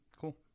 Cool